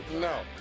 No